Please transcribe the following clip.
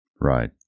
Right